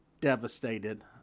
devastated